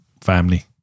family